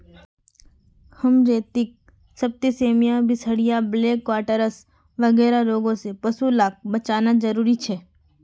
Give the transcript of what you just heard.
haemorrhagic septicaemia, बीसहरिया, black quarters वगैरह रोगों से पशु लाक बचाना ज़रूरी छे